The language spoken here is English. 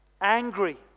angry